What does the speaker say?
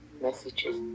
messages